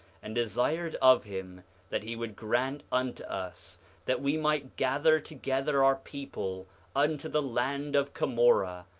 and desired of him that he would grant unto us that we might gather together our people unto the land of cumorah,